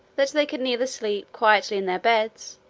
that they can neither sleep quietly in their beds,